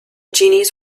genies